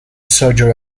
surgery